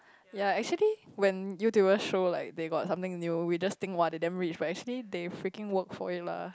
ya actually when Youtubers show like they got something new we just think !wah! they damn rich but actually they freaking worked for it lah